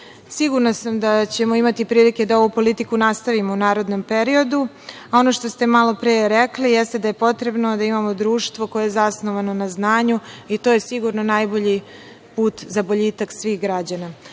Sigurna sam da ćemo imati prilike da ovu politiku nastavimo u narednom periodu, a ono što ste malo pre rekli jeste da je potrebno da imamo društvo koje je zasnovano na znanju i to je sigurno najbolji put za boljitak svih